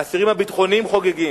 האסירים הביטחוניים חוגגים.